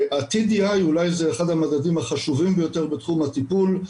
ה- TDI זה אולי אחד המדדים החשובים ביותר בתום הטיפול.